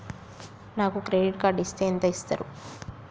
నాకు credit card ఇస్తే ఎంత ఇస్తరు?